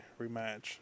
rematch